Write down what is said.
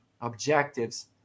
objectives